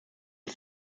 ich